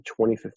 2015